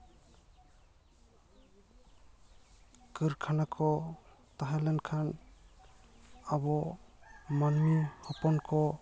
ᱠᱟᱹᱨᱠᱷᱟᱱᱟ ᱠᱚ ᱛᱟᱦᱮᱸ ᱞᱮᱱᱠᱷᱟᱱ ᱟᱵᱚ ᱢᱟᱹᱱᱢᱤ ᱦᱚᱯᱚᱱ ᱠᱚ